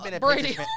Brady